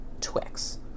Twix